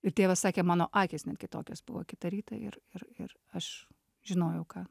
ir tėvas sakė mano akys net kitokios buvo kitą rytą ir ir ir aš žinojau ką